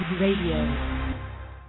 Radio